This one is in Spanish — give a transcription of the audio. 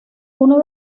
uno